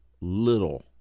little